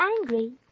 angry